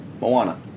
Moana